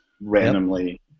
randomly